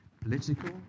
Political